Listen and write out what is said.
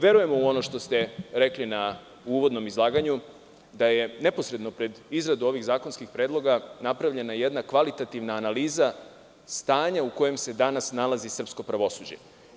Verujemo u ono što ste rekli u uvodnom izlaganju, da je neposredno pred izradu ovih zakonskih predloga napravljena jedna kvalitativna analiza stanja u kojem se danas nalazi srpsko pravosuđe.